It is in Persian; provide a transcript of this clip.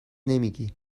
نمیگی